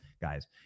guys